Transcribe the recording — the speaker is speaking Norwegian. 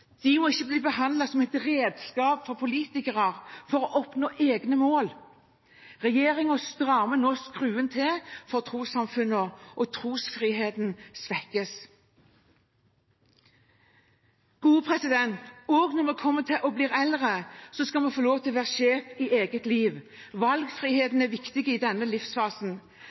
De må ikke bli behandlet som et redskap for politikere for å oppnå egne mål. Regjeringen strammer nå skruen til for trossamfunnene, og trosfriheten svekkes. Også når vi blir eldre, skal vi få lov til å være sjef i eget liv. Valgfriheten er viktig i denne livsfasen.